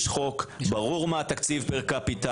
שם יש חוק ברור מה התקציב פר קפיטה,